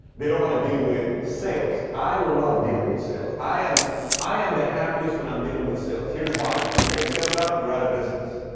they don't want to deal with sales. i love dealing with sales. i am i am the happiest when i'm dealing with sales. here's why. you take sales out, you're out of business.